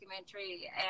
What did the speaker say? documentary